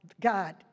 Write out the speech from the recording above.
God